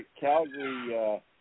Calgary